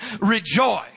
rejoice